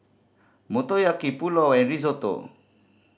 Motoyaki Pulao and Risotto